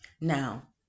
Now